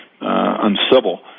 uncivil